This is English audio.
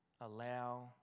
allow